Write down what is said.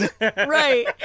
Right